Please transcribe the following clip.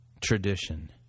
tradition